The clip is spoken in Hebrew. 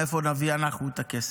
מאיפה נביא אנחנו את הכסף?